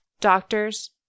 doctors